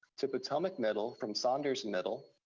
to potomac middle from saunders middle,